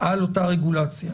על אותה רגולציה.